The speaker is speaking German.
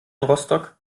rostock